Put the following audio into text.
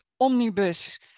omnibus